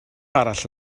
arall